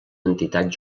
entitat